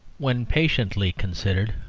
when patiently considered,